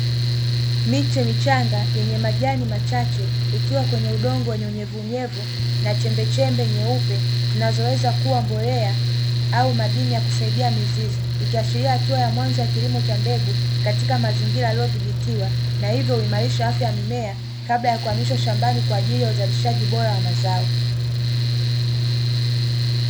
Miche michanga yenye majani machache ikiwa kwenye udongo wenye unyevuunyevu na chembechembe nyeupe zinazoweza kuwa mbolea au madini ya kusaidia mizizi, ikiashiria hatua ya mwanzo ya kilimo cha mbegu katika mazingira yaliyodhibitiwa na hivyo huimarisha afya ya mimea kabla ya kuhamishwa shambani kwa ajili ya uzalishaji bora wa mazao.